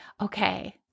Okay